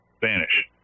vanish